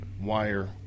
wire